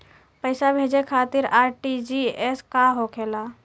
पैसा भेजे खातिर आर.टी.जी.एस का होखेला?